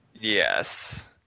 yes